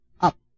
up